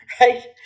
right